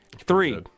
Three